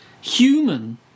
human